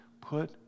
put